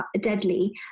deadly